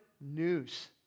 news